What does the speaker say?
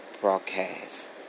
broadcast